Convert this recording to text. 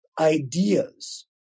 ideas